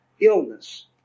illness